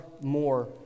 more